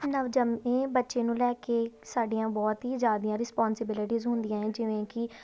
ਨਵਜੰਮੇ ਬੱਚੇ ਨੂੰ ਲੈ ਕੇ ਸਾਡੀਆਂ ਬਹੁਤ ਹੀ ਜ਼ਿਆਦੀਆਂ ਰਿਸਪੋਂਸੀਬਿਲਿਟੀਜ਼ ਹੁੰਦੀਆਂ ਹੈ ਜਿਵੇਂ ਕਿ